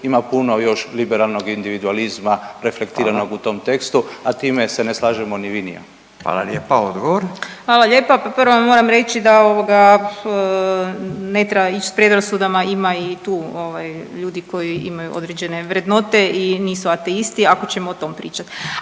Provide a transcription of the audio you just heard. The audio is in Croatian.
ima puno još liberalnog individualizma reflektiranog u tom tekstu, a time se ne slažemo ni vi ni ja. **Radin, Furio (Nezavisni)** Fala lijepa. Odgovor. **Marić, Andreja (SDP)** Hvala lijepa. Prvo vam moram reći da ovoga ne treba ić s predrasudama, ima i tu ovaj ljudi koji imaju određene vrednote i nisu ateisti ako ćemo o tom pričat.